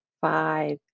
five